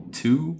two